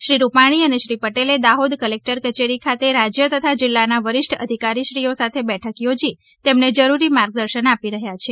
શ્રી રૂપાણી અને શ્રી પટેલે દાહોદ કલેક્ટર કચેરી ખાતે રાજ્ય તથા જિલ્લાના વરિષ્ઠ અધિકારીશ્રીઓ સાથે બેઠક યોજી તેમને જરૂરી માર્ગદર્શન આપી રહ્યા છે